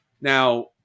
Now